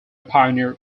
pioneer